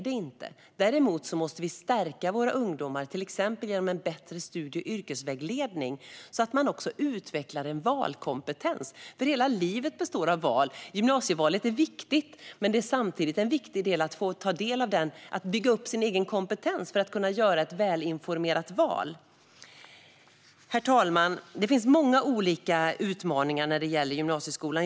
Däremot måste vi stärka våra ungdomar, till exempel genom en bättre studie och yrkesvägledning, så att de också utvecklar en valkompetens. Hela livet består av val. Gymnasievalet är viktigt, men det är samtidigt viktigt att man får bygga upp sin egen kompetens för att kunna göra ett välinformerat val. Herr talman! Det finns många utmaningar när det gäller gymnasieskolan.